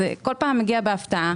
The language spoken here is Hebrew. כל פעם מגיע בהפתעה.